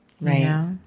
Right